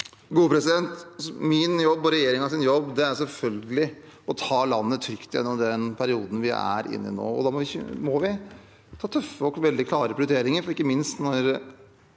Min jobb og regjeringens jobb er selvfølgelig å ta landet trygt gjennom den perioden vi er inne i nå. Da må vi ta tøffe og veldig klare prioriteringer, ikke minst når